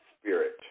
spirit